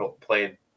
played